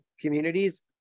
communities